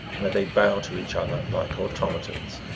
where they bow to each other like automatons.